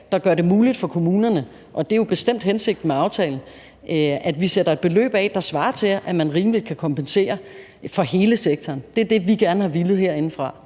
der gør det muligt for kommunerne at kompensere. Det er jo bestemt hensigt med aftalen, at vi sætter et beløb af, der betyder, at man kan kompensere hele sektoren rimeligt. Det er det, vi gerne har villet herindefra.